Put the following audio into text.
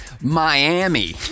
Miami